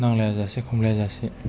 नांलाया जासे खमलाया जासे